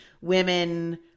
women